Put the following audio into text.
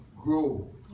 Grow